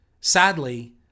Sadly